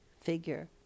figure